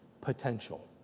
potential